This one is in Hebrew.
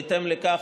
בהתאם לכך,